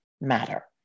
matter